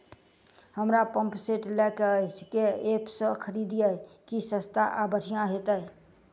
हमरा pump set लय केँ अछि केँ ऐप सँ खरिदियै की सस्ता आ बढ़िया हेतइ?